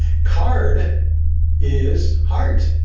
card is heart,